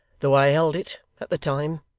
though i held it, at the time,